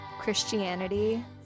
Christianity